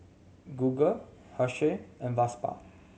Google Herschel and Vespa